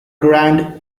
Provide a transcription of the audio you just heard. grand